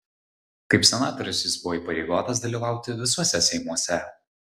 kaip senatorius jis buvo įpareigotas dalyvauti visuose seimuose